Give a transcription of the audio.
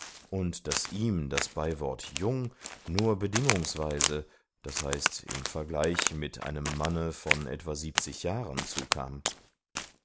und daß ihm das beiwort jung nur bedingungsweise das heißt im vergleich mit einem manne von etwa siebzig jahren zukam